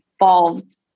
involved